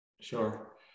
sure